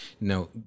No